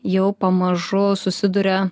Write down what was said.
jau pamažu susiduria